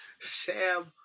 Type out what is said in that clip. Sam